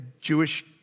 Jewish